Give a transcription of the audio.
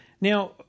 Now